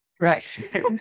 Right